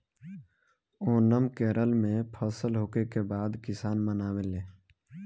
ओनम केरल में फसल होखे के बाद किसान मनावेले